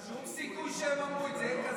אין שום סיכוי שהם אמרו את זה.